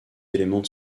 éléments